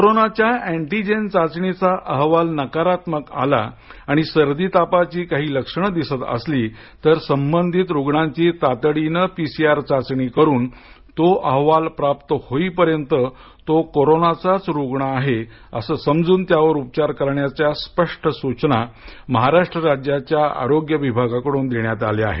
कोरोनाच्या अँटीजेन चाचणीचा अहवाल नकारात्मक आला आणि सर्दी तापाची काही लक्षण दिसतं असली तर संबंधित रुग्णांची तातडीनं पीसीआर चाचणी करुन तो अहवाल प्राप्त होईपर्यंत तो कोरोनाचाच रुग्ण आहे असं समजून त्यावर उपचार करण्याच्या स्पष्ट सूचना महाराष्ट्र राज्याच्या आरोग्य विभागाकडून देण्यात आल्या आहेत